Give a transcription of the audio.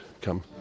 come